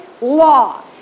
law